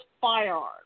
firearms